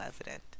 evident